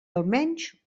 almenys